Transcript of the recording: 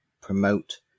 promote